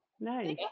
Nice